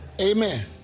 Amen